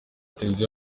televiziyo